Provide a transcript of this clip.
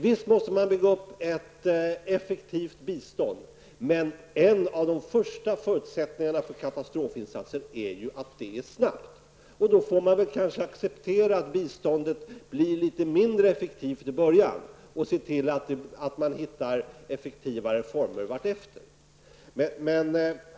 Visst måste man bygga upp ett effektivt bistånd, men en av de första förutsättningarna för katastrofinsatser är ju att de sker snabbt. Då får man kanske acceptera att biståndet blir litet mindre effektivt i början och se till att man hittar effektivare former vartefter.